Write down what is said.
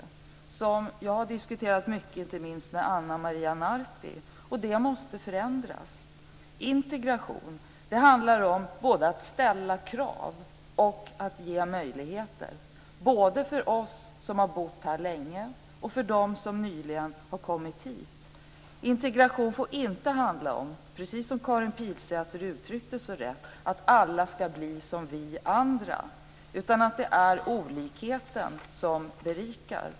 Det har jag inte minst diskuterat mycket med Ana Maria Narti. Det måste förändras. Integration handlar både om att ställa krav och om att ge möjligheter. Det gäller både för oss som har bott här länge och för dem som nyligen har kommit hit. Integration får, precis som Karin Pilsäter så riktigt utryckte det, inte handla om att alla ska bli som vi andra. Det är olikheten som berikar.